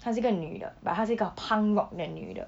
她是一个女的 but 她是一个 punk rock band 女的